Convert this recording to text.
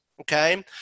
Okay